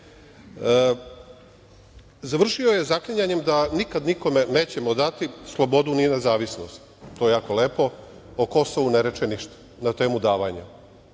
problem. Završio je zaklinjanjem da nikad nikome nećemo dati slobodu ni nezavisnost. To je jako lepo. O Kosovu ne reče ništa, na temu davanja.